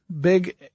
big